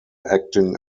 acting